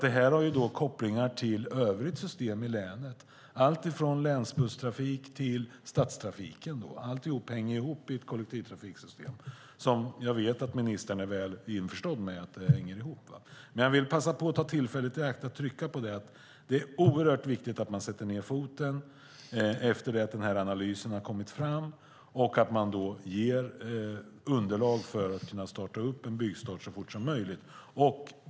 Det har nämligen kopplingar till det övriga systemet i länet, alltifrån länsbusstrafiken till stadstrafiken. Allt hänger ihop i ett kollektivtrafiksystem. Jag vet att ministern är väl införstådd med att det hänger ihop, men jag vill ändå passa på att ta tillfället i akt och trycka på att det är oerhört viktigt att man sätter ned foten, efter att analysen är klar, och ger klartecken för byggstart så fort som möjligt.